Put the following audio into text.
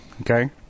Okay